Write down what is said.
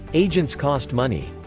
agents cost money.